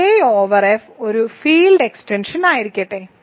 K over F ഒരു field എക്സ്റ്റൻഷനായിരിക്കട്ടെ